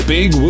Big